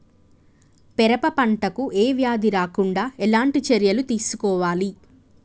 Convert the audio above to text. పెరప పంట కు ఏ వ్యాధి రాకుండా ఎలాంటి చర్యలు తీసుకోవాలి?